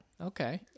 Okay